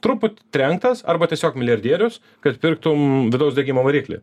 truputį trenktas arba tiesiog milijardierius kad pirktum vidaus degimo variklį